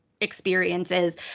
experiences